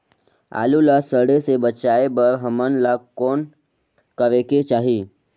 आलू ला सड़े से बचाये बर हमन ला कौन करेके चाही?